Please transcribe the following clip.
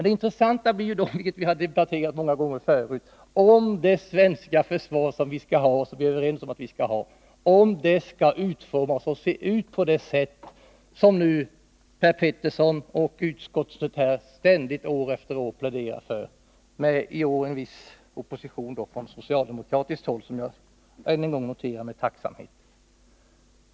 Det intressanta blir ju då — och det har vi debatterat många gånger förut — om det svenska försvar som vi är överens om att vi skall ha skall utformas på det sätt och se ut så som Per Petersson och försvarsutskottet år efter år pläderat för — i år med en viss opposition från socialdemokratiskt håll, som jag noterar med tacksamhet.